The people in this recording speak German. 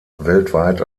weltweit